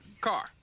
Car